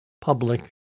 public